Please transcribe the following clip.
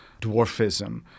dwarfism